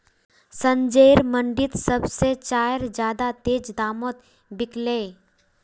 संजयर मंडी त सब से चार ज्यादा तेज़ दामोंत बिकल्ये